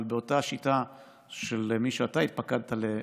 אבל באותה שיטה של מי שאתה התפקדת למפלגתו,